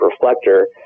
reflector